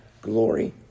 glory